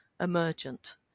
emergent